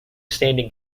standing